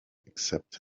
except